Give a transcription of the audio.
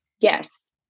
Yes